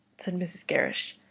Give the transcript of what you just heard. said mrs. gerrish.